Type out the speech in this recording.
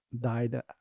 died